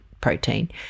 protein